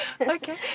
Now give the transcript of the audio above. Okay